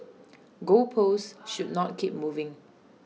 goal posts should not keep moving